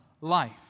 life